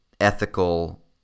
ethical